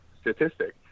statistic